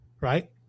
right